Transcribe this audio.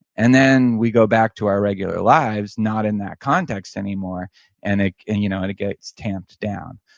and then we go back to our regular lives, not in that context anymore and it and you know it again stamped down.